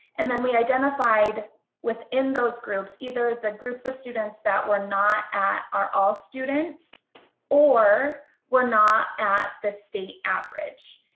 and then we identified within those groups either the groups of students that were not at our all students or were not at the state average.